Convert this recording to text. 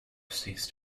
ceased